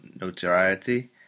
notoriety